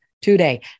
today